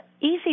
easy